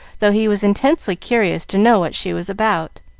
though he was intensely curious to know what she was about.